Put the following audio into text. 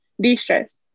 de-stress